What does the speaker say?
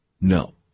No